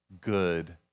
good